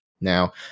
Now